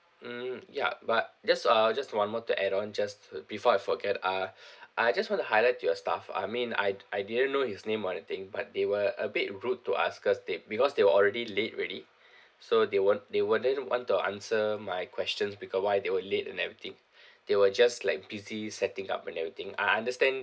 mm ya but there's uh just one more to add on just before I forget uh I just want to highlight to your staff I mean I'd I didn't know his name or anything but they were a bit rude to us cause they because they were already late ready so they won't they wouldn't want to answer my questions because why they were late and everything they were just like busy setting up on everything I understand